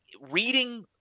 reading